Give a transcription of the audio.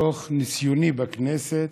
מתוך ניסיוני בכנסת,